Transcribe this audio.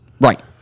Right